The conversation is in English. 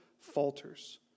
falters